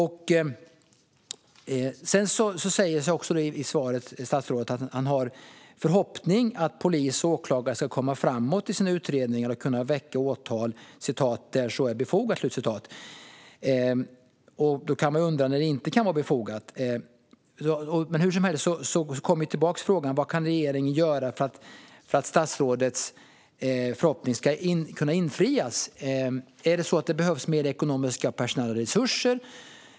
I svaret säger statsrådet att han har förhoppningen att polis och åklagare ska komma framåt i sina utredningar och kunna väcka åtal "där så är befogat". Då kan man undra när det inte kan vara befogat. Men hur som helst kommer jag till frågan: Vad kan regeringen göra för att statsrådets förhoppning ska kunna infrias? Behövs det mer ekonomiska och personella resurser?